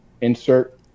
Insert